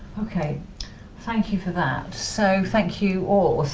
okay thank you for that. so thank you all.